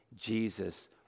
Jesus